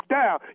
down